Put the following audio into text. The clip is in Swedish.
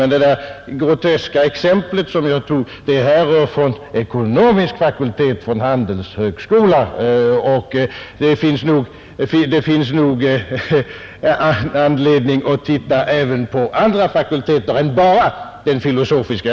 Men det groteska exempel, som jag tog upp, härrör från ekonomisk fakultet, från handelshögskola. Det finns nog anledning att även titta på andra fakulteter än bara den filosofiska.